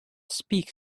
speak